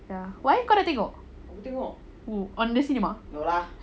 ya why kau dah tengok oo on the cinema